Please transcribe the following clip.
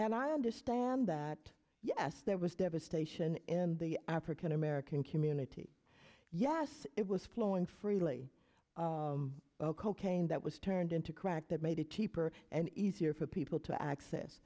and i understand that yes there was devastation in the african american community yeah yes it was flowing freely cocaine that was turned into crack that made it cheaper and easier for people to access